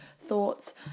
thoughts